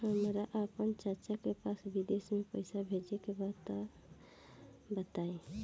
हमरा आपन चाचा के पास विदेश में पइसा भेजे के बा बताई